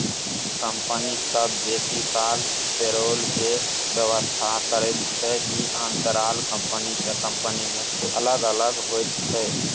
company सब बेसी काल पेरोल के व्यवस्था करैत छै, ई अंतराल कंपनी से कंपनी में अलग अलग होइत छै